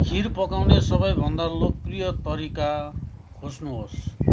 खिर पकाउने सबैभन्दा लोकप्रिय तरिका खोज्नुहोस्